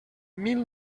mil